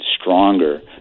stronger